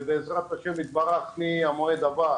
ובעזרת השם יתברך מהמועד הבא,